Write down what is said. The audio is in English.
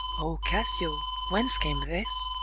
o cassio, whence came this?